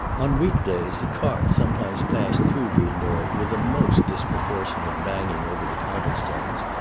on week-days a cart sometimes passed through villeneuve with a most disproportionate banging over the cobble-stones,